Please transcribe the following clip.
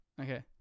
okay